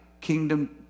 kingdom